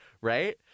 right